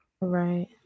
Right